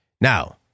Now